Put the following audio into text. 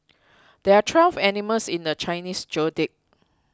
there are twelve animals in the Chinese zodiac